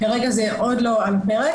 כרגע זה עוד לא על הפרק.